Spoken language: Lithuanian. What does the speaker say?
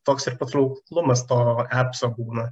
toks ir patrauklumas to apso būna